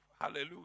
Hallelujah